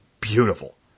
beautiful